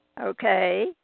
Okay